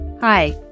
Hi